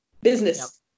business